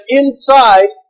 inside